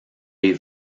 des